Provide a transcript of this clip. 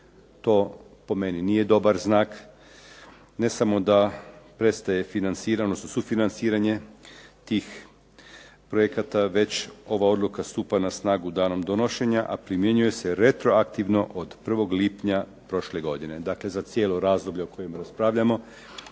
To po meni nije dobar znak. Ne samo da prestaje sufinanciranje tih projekata, već ova odluka stupa na snagu danom donošenja, a primjenjuje se retroaktivno od 1. lipnja prošle godine. Dakle, za cijelo razdoblje o kojem raspravljamo.